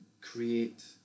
create